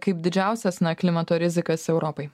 kaip didžiausias klimato rizikas europai